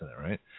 right